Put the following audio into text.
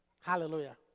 Hallelujah